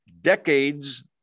decades